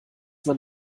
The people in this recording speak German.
man